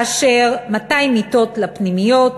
מהן 200 מיטות לפנימיות,